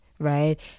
right